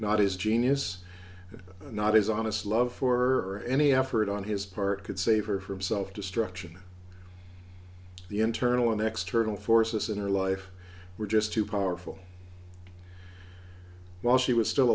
not his genius not his honest love for any effort on his part could save her from self destruction the internal and external forces in her life were just too powerful while she was still